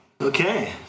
Okay